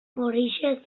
horixe